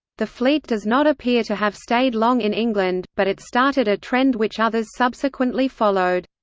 the fleet does not appear to have stayed long in england, but it started a trend which others subsequently followed.